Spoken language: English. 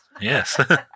Yes